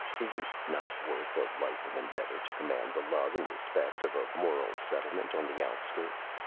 is it not worth a life of endeavor to command the love and respect of a moral settlement on the outskirts?